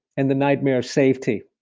and the nightmare of safety.